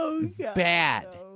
Bad